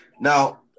Now